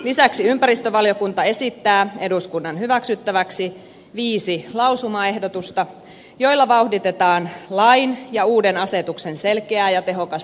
lisäksi ympäristövaliokunta esittää eduskunnan hyväksyttäväksi viisi lausumaehdotusta joilla vauhditetaan lain ja uuden asetuksen selkeää ja tehokasta toimeenpanoa